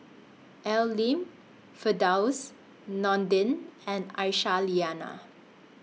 Al Lim Firdaus Nordin and Aisyah Lyana